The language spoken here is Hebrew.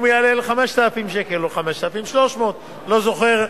יעלה ל-5,000 או 5,300 ש"ח,